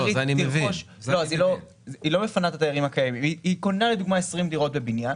נניח שהיא קונה 20 דירות בבניין